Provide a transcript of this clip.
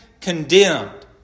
condemned